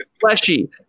fleshy